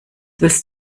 willst